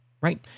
right